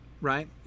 right